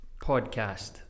podcast